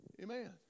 Amen